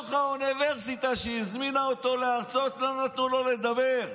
בתוך האוניברסיטה שהזמינה אותו להרצות לא נתנו לו לדבר,